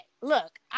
Look